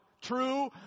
true